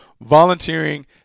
volunteering